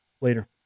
later